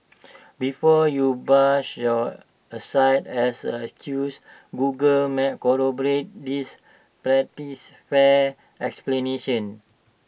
before you brush your aside as an excuse Google maps corroborates this pretties fair explanation